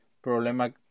problema